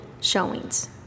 showings